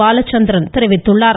பாலச்சந்திரன் தெரிவித்துள்ளார்